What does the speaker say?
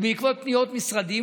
ובעקבות פניות משרדים,